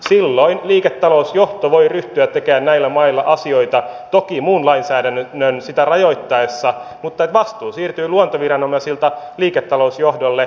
silloin liiketalousjohto voi ryhtyä tekemään näillä mailla asioita toki muun lainsäädännön sitä rajoittaessa mutta vastuu siirtyy luontoviranomaisilta liiketalousjohdolle